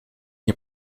nie